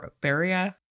Barrier